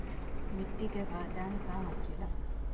मिट्टी के पहचान का होखे ला?